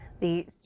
The-